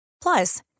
plus